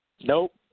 Nope